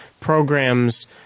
programs